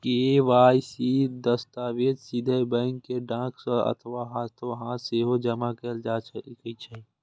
KYC दस्तावेज सीधे bank कें डाक सं अथवा हाथोहाथ सेहो जमा कैल जा सकै छै